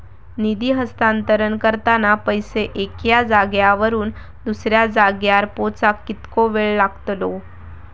निधी हस्तांतरण करताना पैसे एक्या जाग्यावरून दुसऱ्या जाग्यार पोचाक कितको वेळ लागतलो?